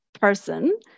person